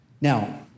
Now